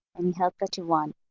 and help that you want.